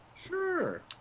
Sure